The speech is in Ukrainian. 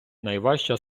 найважча